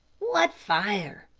what fire?